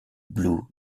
blues